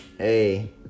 Hey